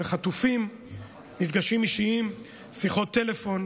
וחטופים במפגשים אישיים ובשיחות טלפון,